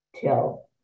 till